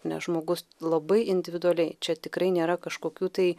nes žmogus labai individualiai čia tikrai nėra kažkokių tai